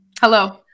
Hello